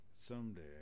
Someday